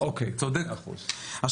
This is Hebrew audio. רק